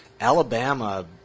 Alabama